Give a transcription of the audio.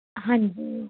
ਹਾਂਜੀ